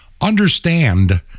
understand